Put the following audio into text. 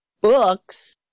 Books